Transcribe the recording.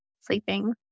sleeping